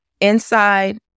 inside